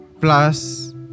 Plus